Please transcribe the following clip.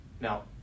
Now